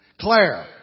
Claire